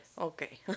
Okay